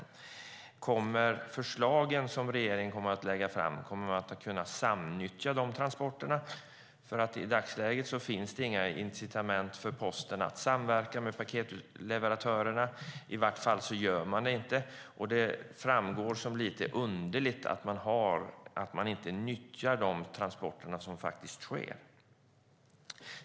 När det gäller de förslag som regeringen kommer att lägga fram undrar jag: Kommer man att kunna samutnyttja de transporterna? I dagsläget finns det inga incitament för Posten att samverka med paketleverantörerna - i varje fall gör man det inte. Det framstår som lite underligt att man inte utnyttjar de transporter som faktiskt sker.